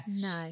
No